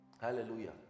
Hallelujah